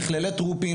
מכללת רופין,